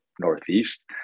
Northeast